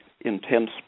intense